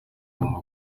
agomba